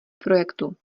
projektu